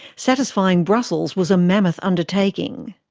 satisfying brussels was a mammoth undertaking.